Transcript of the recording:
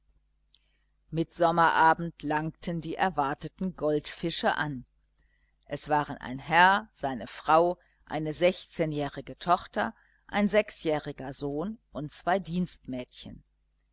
herr mittsommerabend langten die erwarteten goldfische an es waren der herr seine frau eine sechzehnjährige tochter ein sechsjähriger sohn und zwei dienstmädchen